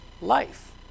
life